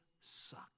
suck